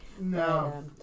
no